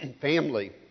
family